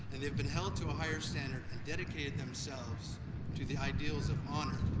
and they have been held to a higher standard and dedicated themselves to the ideals of honor,